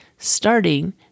Starting